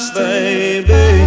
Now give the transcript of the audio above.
baby